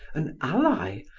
an ally,